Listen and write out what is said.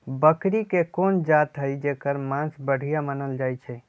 बकरी के कोन जात हई जेकर मास बढ़िया मानल जाई छई?